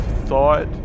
thought